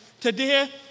Today